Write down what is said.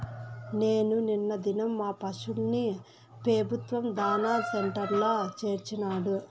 నేను నిన్న దినం మా పశుల్ని పెబుత్వ దాణా సెంటర్ల చేర్చినాడ